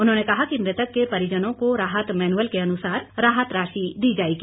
उन्होंने कहा कि मृतक के परिजनों को राहत मैनुअल के अुनसार राहत राशि दी जाएगी